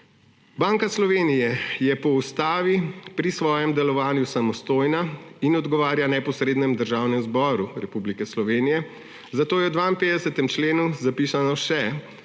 Banka Slovenije je po ustavi pri svojem delovanju samostojna in odgovarja neposredno Državnemu zboru Republike Slovenije, zato je v 52. členu zapisano še,